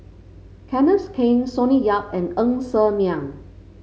Kenneth Keng Sonny Yap and Ng Ser Miang